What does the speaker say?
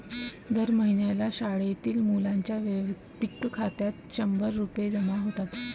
दर महिन्याला शाळेतील मुलींच्या वैयक्तिक खात्यात शंभर रुपये जमा होतात